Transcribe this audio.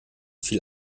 viel